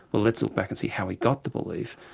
well let's look back and see how he got the belief',